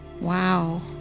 wow